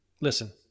listen